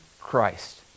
Christ